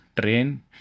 train